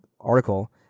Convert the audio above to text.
article